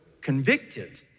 convicted